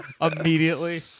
immediately